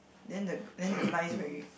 then the then the lines very